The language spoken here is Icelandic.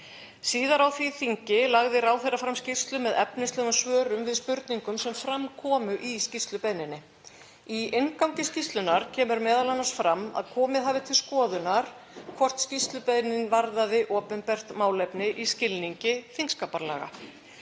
Síðar á því þingi lagði ráðherra fram skýrslu með efnislegum svörum við spurningum sem fram komu í skýrslubeiðninni. Í inngangi skýrslunnar kemur m.a. fram að komið hafi til skoðunar hvort skýrslubeiðnin varðaði opinbert málefni í skilningi þingskapalaga.